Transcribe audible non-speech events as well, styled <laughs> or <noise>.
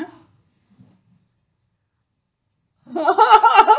<laughs>